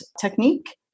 technique